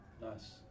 Nice